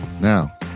Now